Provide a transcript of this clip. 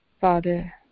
father